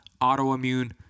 autoimmune